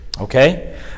Okay